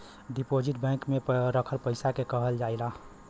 deposit bank में रखल पइसा के कहल जाला